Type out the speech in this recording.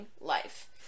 life